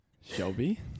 Shelby